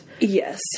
Yes